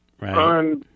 right